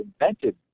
invented